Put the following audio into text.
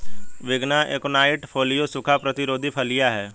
विग्ना एकोनाइट फोलिया सूखा प्रतिरोधी फलियां हैं